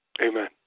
Amen